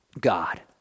God